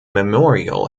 memorial